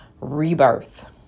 rebirth